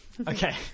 Okay